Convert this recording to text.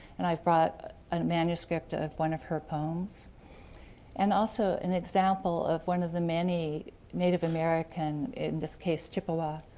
and i've brought a manuscript ah of one of her poems and also an example of one of the many native american, in this case chippewa